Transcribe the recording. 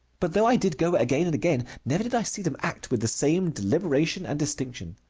but though i did go again and again, never did i see them act with the same deliberation and distinction,